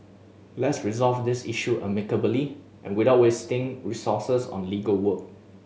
let's resolve this issue amicably without wasting resources on legal work